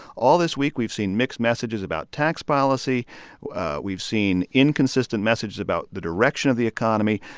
all this week we've seen mixed messages about tax policy we've seen inconsistent messages about the direction of the economy.